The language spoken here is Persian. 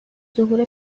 ظهور